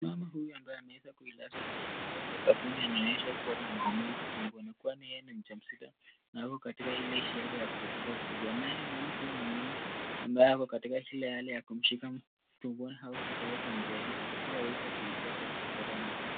Mama huyu ambaye ameweza kulazwa chini au sakafuni anaonyesha kuwa na maumivu tumboni kwani yeye ni mjamzito na ako katika ile hiari ya kutaka kuzaa . Na yeye mama huyu mwingine ambaye ako katika ile hali ya kumshika tumboni au kutaka kumsaidia ili aweze kuzaa au kupata nafuu .